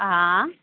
हा